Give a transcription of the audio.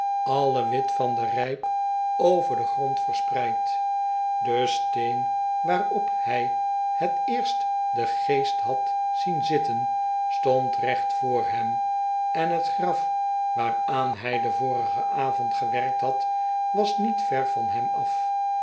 alle wit van den rijp over den grond verspreid de steen waarop hij het eerst den geest had zien zitten stond recht voor hem en het graf waaraan hij den vorigen avond gewerkt had was niet ver van hem afv